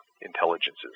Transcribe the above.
intelligences